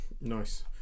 Nice